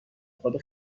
خدا